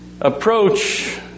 approach